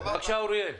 בבקשה, אוריאל.